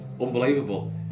unbelievable